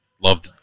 love